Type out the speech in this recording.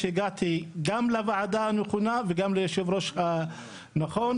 הגעתי גם לוועדה הנכונה וגם ליושב-ראש הנכון.